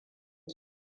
ta